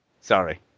Sorry